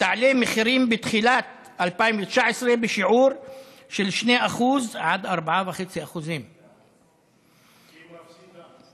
שתעלה מחירים בתחילת 2019 בשיעור של 2% 4.5%. כי היא מפסידה.